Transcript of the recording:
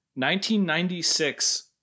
1996